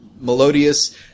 Melodious